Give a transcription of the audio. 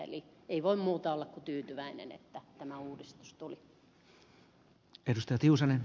eli ei voi muuta olla kuin tyytyväinen että tämä uudistus tuli